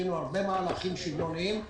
עשינו הרבה מהלכים שוויוניים.